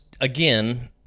again